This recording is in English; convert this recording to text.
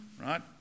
right